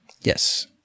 Yes